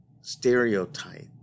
stereotype